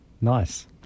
Nice